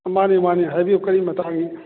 ꯃꯥꯅꯤ ꯃꯥꯅꯤ ꯍꯥꯏꯕꯤꯌꯨ ꯀꯔꯤ ꯃꯇꯥꯡꯒꯤ